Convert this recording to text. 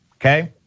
Okay